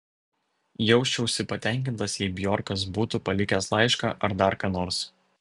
jausčiausi patenkintas jei bjorkas būtų palikęs laišką ar dar ką nors